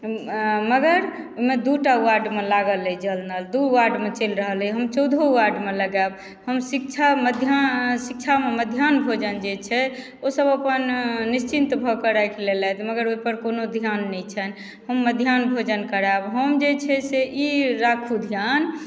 मगर ओहिमे दू टा वार्डमे लागल अइ जल नल दू वार्डमे चलि रहल अइ हम चौदहो वार्डमे लगायब हम शिक्षा मध्याह्न शिक्षामे मध्याह्न भोजन जे छै ओसभ अपन निश्चिन्त भऽ कऽ राखि लेलथि मगर ओहिपर कोनो ध्यान नहि छनि हम मध्याह्न भोजन करायब हम जे छै से ई राखू ध्यान